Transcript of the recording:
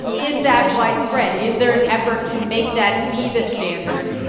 is that widespread? is there an effort to make that be the standard?